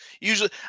Usually